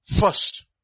First